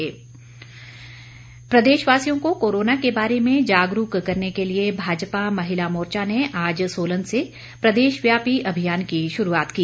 महिला मोर्चा प्रदेशवासियों को कोरोना के बारे में जागरूक करने के लिए भाजपा महिला मोर्चा ने आज सोलन से प्रदेशव्यापी अभियान की शुरूआत की